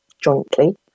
jointly